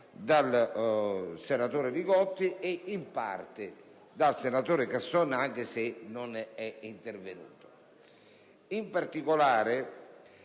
dal senatore Li Gotti ed in parte dal senatore Casson, anche se non è intervenuto. In particolare,